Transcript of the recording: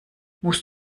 musst